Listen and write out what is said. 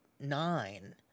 nine